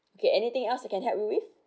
okay anything else I can help you with